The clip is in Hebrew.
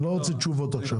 לא רוצה תשובות עכשיו.